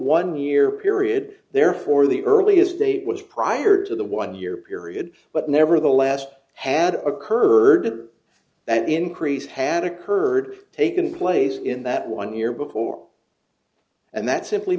one year period therefore the earliest date was prior to the one year period but nevertheless had occurred that the increase had occurred taken place in that one year before and that simply